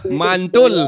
mantul